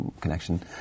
connection